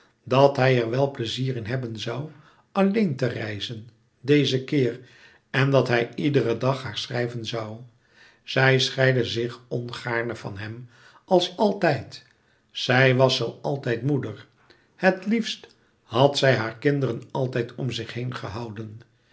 dat hij er wel pleizier in hebben zoû alleen te reizen dezen keer en dat hij iederen dag haar schrijven zoû zij scheidde zich ongaarne van hem als altijd zij was zoo altijd moeder het liefst had zij haar kinderen altijd om zich heen gehouden